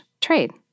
trade